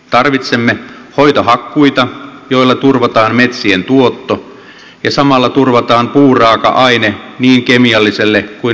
tarvitsemme hoitohakkuita joilla turvataan metsien tuotto ja samalla turvataan puuraaka aine niin kemialliselle kuin mekaaniselle puunjalostukselle